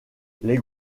les